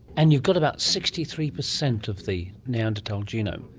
and you've got about sixty three percent of the neanderthal genome.